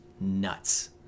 nuts